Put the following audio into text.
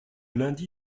lundi